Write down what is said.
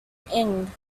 eng